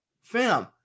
fam